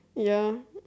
ya